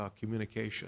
communication